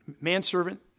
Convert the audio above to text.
manservant